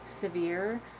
severe